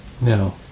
No